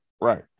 Right